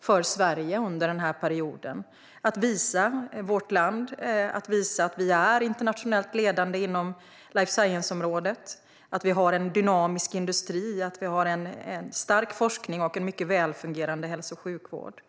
för oss att under denna period visa vårt land och visa att vi är internationellt ledande inom life science-området, att vi har en dynamisk industri och att vi har en stark forskning och en mycket välfungerade hälso och sjukvård.